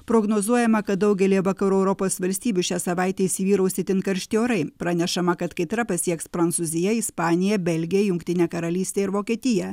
prognozuojama kad daugelyje vakarų europos valstybių šią savaitę įsivyraus itin karšti orai pranešama kad kaitra pasieks prancūziją ispaniją belgiją jungtinę karalystę ir vokietiją